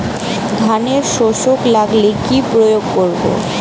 ধানের শোষক লাগলে কি প্রয়োগ করব?